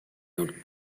not